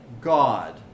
God